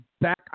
back